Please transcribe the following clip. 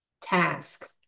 task